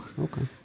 Okay